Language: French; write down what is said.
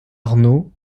arnaud